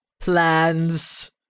plans